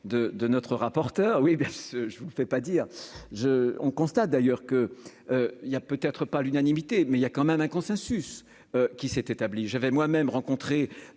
de notre rapporteur oui de ce, je vous le fais pas dire je, on constate d'ailleurs que, il y a peut-être pas l'unanimité, mais il y a quand même un consensus qui s'est établi, j'avais moi-même rencontré